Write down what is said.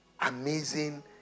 Amazing